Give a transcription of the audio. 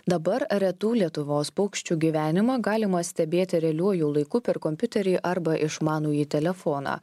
dabar retų lietuvos paukščių gyvenimą galima stebėti realiuoju laiku per kompiuterį arba išmanųjį telefoną